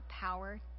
power